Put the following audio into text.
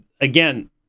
again